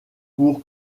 pour